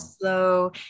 slow